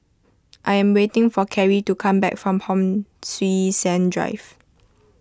I am waiting for Kerry to come back from Hon Sui Sen Drive